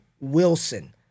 Wilson